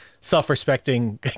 self-respecting